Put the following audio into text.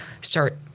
start